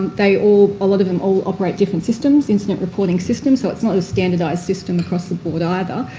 they all a lot of them all operate different systems, incident reporting systems so it's not a standardised system across the board either.